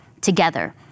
together